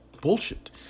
bullshit